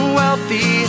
wealthy